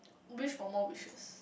wish for more wishes